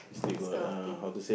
this kind of thing